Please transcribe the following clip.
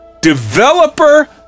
developer